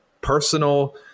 personal